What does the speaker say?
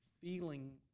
feeling